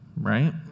Right